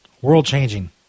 world-changing